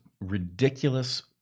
ridiculous